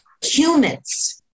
humans